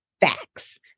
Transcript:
facts